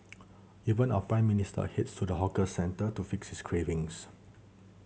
even our Prime Minister heads to the hawker centre to fix his cravings